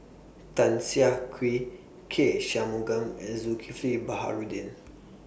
Tan Siah Kwee K Shanmugam and Zulkifli Baharudin